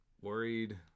worried